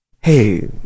hey